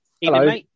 Hello